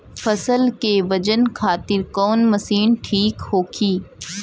फसल के वजन खातिर कवन मशीन ठीक होखि?